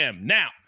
now